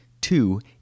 Two